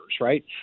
right